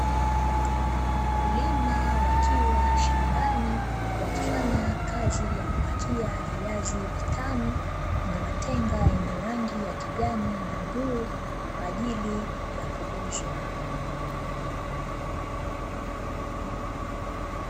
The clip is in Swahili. Wakulima wakiwa shambani wakifanya kazi ya kupakia viazi vitamu, kwenye matenga yenye rangi kijani na bluu kwa jili ya kuuzwa.